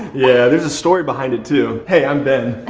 yeah, there's a story behind it too. hey, i'm ben.